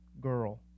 girl